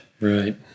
Right